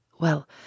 Well